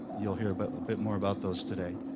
you'll hear but a bit more about those today.